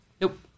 Nope